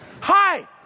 Hi